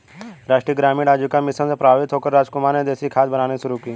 राष्ट्रीय ग्रामीण आजीविका मिशन से प्रभावित होकर रामकुमार ने देसी खाद बनानी शुरू की